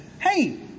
Hey